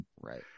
Right